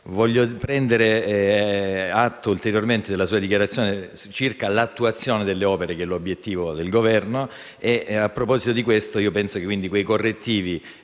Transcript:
Voglio prendere atto ulteriormente della sua dichiarazione sull'attuazione delle opere, che è l'obiettivo del Governo. A questo proposito penso che i correttivi